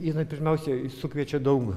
jinai pirmiausia sukviečia daug